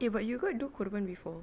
eh but you got do korban before